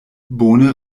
bone